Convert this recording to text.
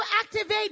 activate